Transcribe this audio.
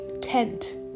tent